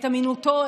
את אמינותו,